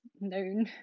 known